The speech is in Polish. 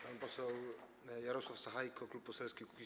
Pan poseł Jarosław Sachajko, Klub Poselski Kukiz’15.